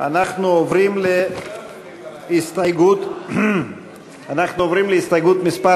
אנחנו עוברים להסתייגות מס'